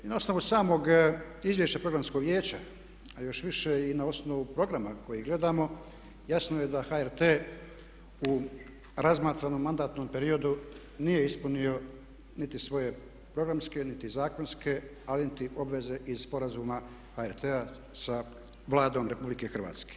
Na osnovu samog izvješća programskog vijeća a još više i na osnovu programa koji gledamo jasno je da HRT u razmatranom mandatnom periodu nije ispunio niti svoje programske, niti zakonske ali niti obveze iz sporazuma HRT-a sa Vladom RH.